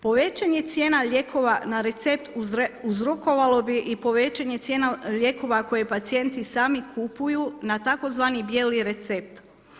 Povećanje cijena lijekova na recept uzrokovalo bi povećanje cijena lijekova koje pacijenti sami kupuju na tzv. bijeli recept.